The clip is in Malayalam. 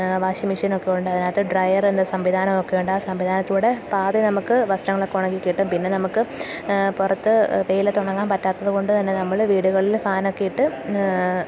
വാഷിംഗ് മെഷീനൊക്കെ ഉണ്ട് അതിനകത്ത് ഡ്രയറെന്ന സംവിധാനമൊക്കെ ഉണ്ട് ആ സംവിധാനത്തിലൂടെ പാതി നമുക്ക് വസ്ത്രങ്ങളൊക്കെ ഉണങ്ങിക്കിട്ടും പിന്നെ നമുക്കു പുറത്തു വെയിലത്തുണങ്ങാൻ പറ്റാത്തതുകൊണ്ടുതന്നെ നമ്മള് വീടുകളില് ഫാനൊക്കെ ഇട്ട്